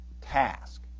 task